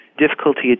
Difficulty